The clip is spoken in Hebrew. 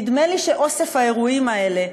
נדמה לי שאוסף האירועים האלה,